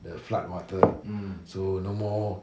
the floodwaters so no more